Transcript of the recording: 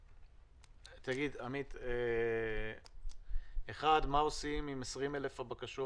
עמית, מה עושים עם 20,000 הבקשות